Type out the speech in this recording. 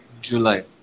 July